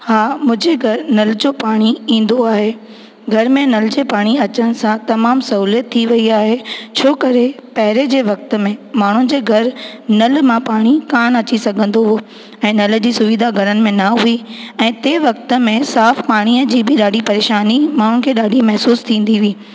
हा मुंहिंजे घरु नल जो पाणी ईंदो आहे घर में नल जे पाणी अचण सां तमामु सहूलियत थी वेई आहे छो करे पहिरें जे वक़्त में माण्हुनि जे घरि नल मां पाणी कान अची सघंदो हुओ ऐं नल जी सुविधा घरनि में न हुई ऐं तंहिं वक़्त में साफ़ु पाणीअ जी बि ॾाढी परेशानी माण्हुनि खे ॾाढी महिसूसु थींदी हुई